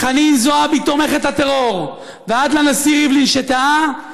מחנין זועבי תומכת הטרור ועד לנשיא ריבלין שטעה,